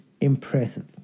impressive